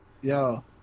Yo